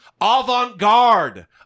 avant-garde